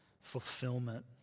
fulfillment